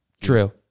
True